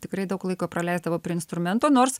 tikrai daug laiko praleisdavau prie instrumento nors